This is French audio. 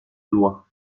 lois